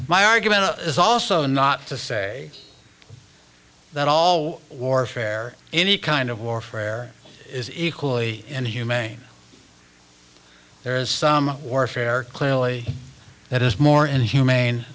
my argument is also not to say that all warfare any kind of warfare is equally inhumane there is some or fair clearly that is more inhumane